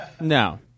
No